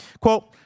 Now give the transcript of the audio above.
Quote